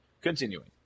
Continuing